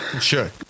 Sure